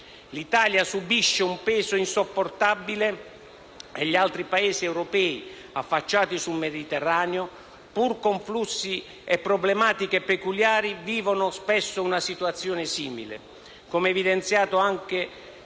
L'Italia subisce un peso insopportabile e gli altri Paesi europei affacciati sul Mediterraneo, pur con flussi e problematiche peculiari, vivono spesso una situazione simile, come evidenziato anche